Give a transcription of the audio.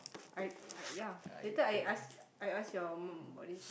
I I ya later I ask I ask your mum about this